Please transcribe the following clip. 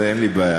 זה, אין לי בעיה.